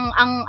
ang